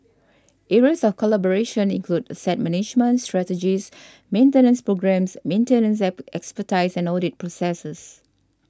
areas of collaboration include asset management strategies maintenance programmes maintenance expertise and audit processes